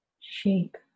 shape